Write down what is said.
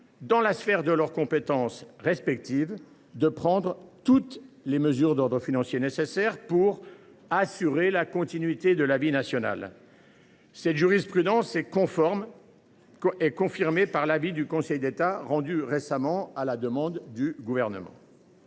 dans la sphère de leurs compétences respectives, de prendre toutes les mesures d’ordre financier nécessaires pour assurer la continuité de la vie nationale. » Cette jurisprudence est confirmée par l’avis du Conseil d’État rendu récemment à la demande du Gouvernement.